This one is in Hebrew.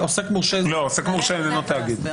עוסק מורשה זה לא תאגיד.